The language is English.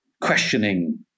questioning